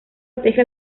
protege